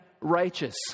righteous